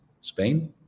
Spain